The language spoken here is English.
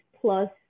plus